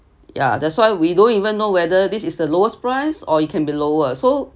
ya that's why we don't even know whether this is the lowest price or it can be lower so